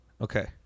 Okay